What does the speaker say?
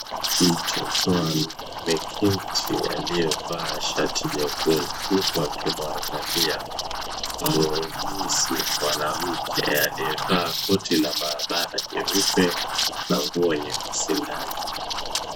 Mtoto ameketi aliyevaa shati jekundu huku akimwangalia muuguzi mwanamke aliyevaa koti la maabara jeupe na nguo nyeusi ndani.